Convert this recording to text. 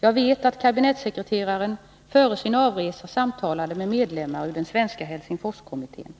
Jag vet att kabinettssekreteraren före sin avresa samtalade med medlemmar ur den svenska Helsingforskommittén.